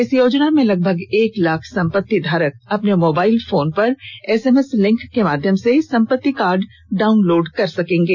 इस योजना में लगभग एक लाख संपत्ति धारक अपने मोबाइल फोन पर एस एम एस लिंक के माध्यम से संपत्ति कार्ड डाउनलोड कर सकेंगे